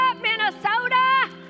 Minnesota